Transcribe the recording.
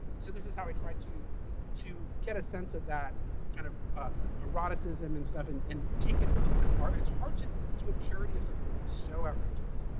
so this is how i try to to get a sense of that kind of eroticism and stuff and and take it a little bit farther. it's hard to do a parody of something that is so outrageous,